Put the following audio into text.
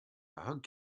hug